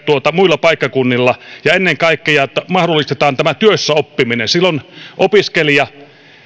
muilla paikkakunnilla ja jotta ennen kaikkea mahdollistetaan tämä työssäoppiminen silloin opiskelija